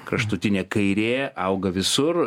kraštutinė kairė auga visur